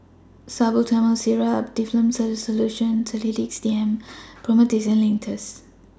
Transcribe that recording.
Salbutamol Syrup Difflam C Solution and Sedilix D M Promethazine Linctus